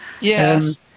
Yes